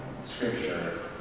Scripture